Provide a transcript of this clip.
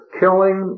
killing